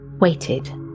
waited